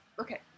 okay